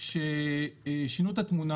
אשר שינו את התמונה,